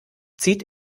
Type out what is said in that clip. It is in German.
zieht